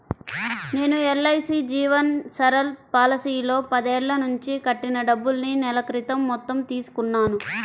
నేను ఎల్.ఐ.సీ జీవన్ సరల్ పాలసీలో పదేళ్ళ నుంచి కట్టిన డబ్బుల్ని నెల క్రితం మొత్తం తీసుకున్నాను